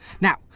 Now